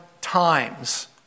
times